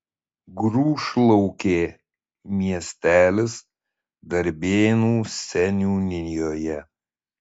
grūšlaukė miestelis darbėnų seniūnijoje